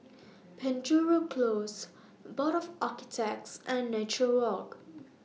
Penjuru Close Board of Architects and Nature Walk